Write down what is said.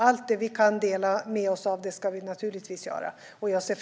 Allt vi kan dela med oss av ska vi naturligtvis dela med oss av.